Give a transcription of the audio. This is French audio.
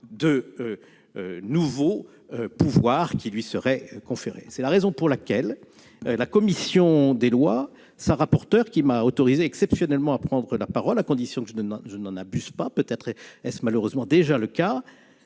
de nouveaux pouvoirs lui soient conférés. C'est la raison pour laquelle la commission des lois et son rapporteur, qui m'a autorisé exceptionnellement à prendre la parole, à condition que je n'en abuse pas- peut-être est-ce malheureusement déjà le cas